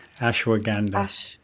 ashwagandha